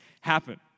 happen